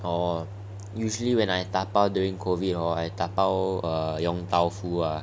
orh usually when I dabao during COVID orh I dabao yong tau foo ah